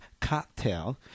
cocktail